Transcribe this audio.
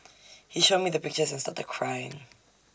he showed me the pictures and started crying